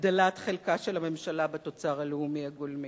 הגדלת חלקה של הממשלה בתוצר הלאומי הגולמי,